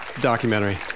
documentary